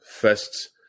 first